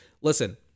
listen